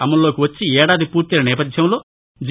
అమలులోకి వచ్చి ఏడాది పూర్తయిన నేపధ్యంలో జి